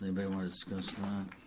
anybody wanna discuss